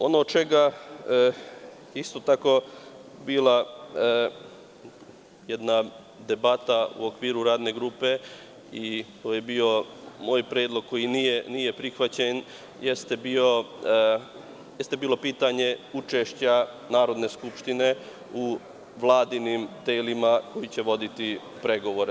Ono oko čega je isto tako bila jedna debata u okviru radne grupe i to je bio moj predlog koji nije prihvaćen, jeste bilo pitanje učešća Narodne skupštine u vladinim telima koja će voditi pregovore.